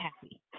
happy